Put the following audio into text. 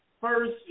first